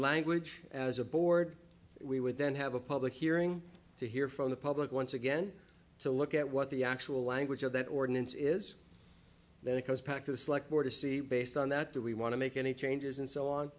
language as a board we would then have a public hearing to hear from the public once again to look at what the actual language of that ordinance is then it goes back to the select more to see based on that do we want to make any changes and so on